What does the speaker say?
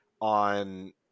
on